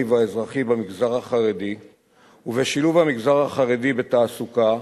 והאזרחי במגזר החרדי ובשילוב המגזר החרדי בתעסוקה,